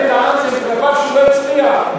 אתם טענתם כלפיו שהוא לא הצליח.